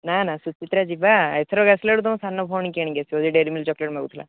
ନା ନା ସୁଚିତ୍ରା ଯିବା ଏଥର ଆସିଲା ବେଳକୁ ତମ ସାନ ଭଉଣୀକୁ ଆଣିକି ଆସିବ ଯିଏ ଡ଼ାଏରୀ ମିଲ୍କ ଚକଲେଟ୍ ମାଗୁଥିଲା